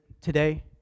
today